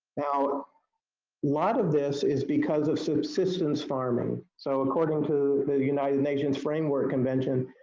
now, a lot of this is because of subsistence farming. so according to the united nations framework convention,